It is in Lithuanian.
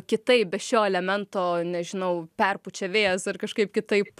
kitaip be šio elemento nežinau perpučia vėjas ar kažkaip kitaip